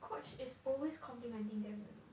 coach is always complimenting them you know